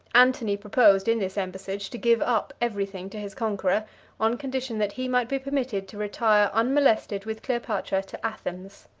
antony proposed, in this embassage, to give up every thing to his conqueror on condition that he might be permitted to retire unmolested with cleopatra to athens,